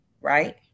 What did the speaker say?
right